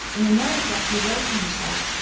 in a note that he wrote to himself,